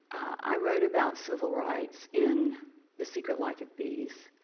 i wrote about civil rights in the secret life of bees